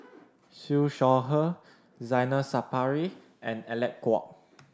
Siew Shaw Her Zainal Sapari and Alec Kuok